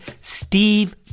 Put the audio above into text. Steve